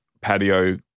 patio